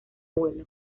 abuelo